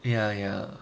ya ya